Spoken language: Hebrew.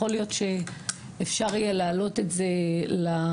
יכול להיות שאפשר יהיה לעלות את זה למצגת,